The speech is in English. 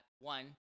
One